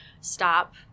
stop